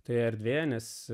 tai erdvėje nes